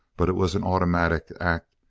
but it was an automatic act,